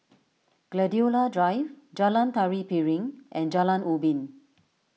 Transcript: Gladiola Drive Jalan Tari Piring and Jalan Ubin